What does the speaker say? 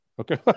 Okay